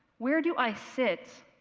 where do i sit?